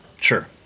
Sure